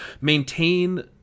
maintain